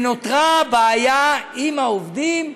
נותרה בעיה עם העובדים,